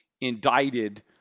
indicted